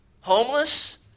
Homeless